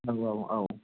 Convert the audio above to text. औ औ औ